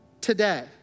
Today